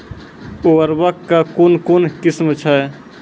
उर्वरक कऽ कून कून किस्म छै?